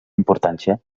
importància